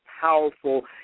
powerful